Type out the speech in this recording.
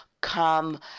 come